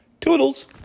Toodles